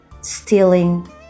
stealing